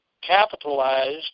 capitalized